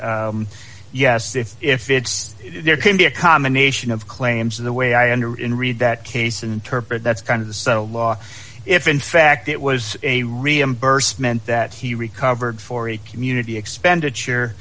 jurek yes if if it's there can be a combination of claims in the way i under in read that case and interpret that's kind of the subtle law if in fact it was a reimbursement that he recovered for a community expenditure